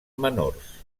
menors